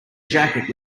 jacket